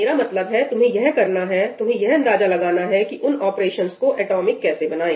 मेरा मतलब है तुम्हें यह करना है तुम्हें यह अंदाजा लगाना है कि उन ऑपरेशंस को एटॉमिक कैसे बनाएं